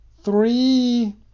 three